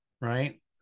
right